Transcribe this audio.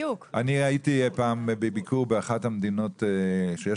אני הייתי פעם בביקור באחת המדינות שיש